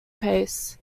pace